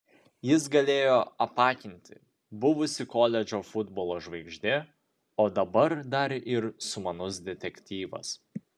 jis galėjo apakinti buvusi koledžo futbolo žvaigždė o dabar dar ir sumanus detektyvas